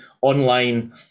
online